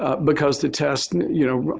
ah because the test, you know,